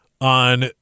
on